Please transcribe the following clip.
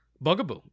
Bugaboo